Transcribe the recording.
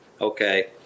Okay